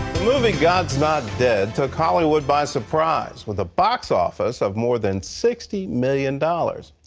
movie god's not dead took hollywood by surprise, with a box office of more than sixty million dollars.